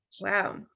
Wow